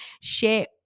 share